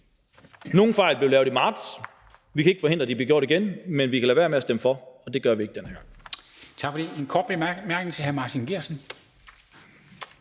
Nogle fejl blev lavet i marts. Vi kan ikke forhindre, at de bliver lavet igen, men vi kan lade være med at stemme for, og det gør vi ikke den her gang.